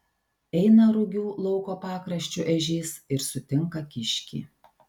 eina rugių lauko pakraščiu ežys ir sutinka kiškį